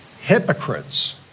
Hypocrites